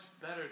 better